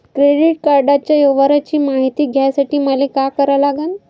Credit कार्डाच्या व्यवहाराची मायती घ्यासाठी मले का करा लागन?